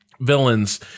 villains